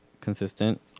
consistent